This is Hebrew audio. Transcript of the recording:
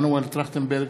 מנואל טרכטנברג,